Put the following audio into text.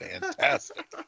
fantastic